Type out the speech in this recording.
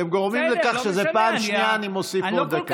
אתם גורמים לכך שבפעם השנייה אני מוסיף עוד דקה.